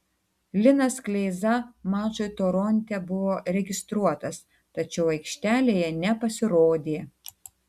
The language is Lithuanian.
linas kleiza mačui toronte buvo registruotas tačiau aikštelėje nepasirodė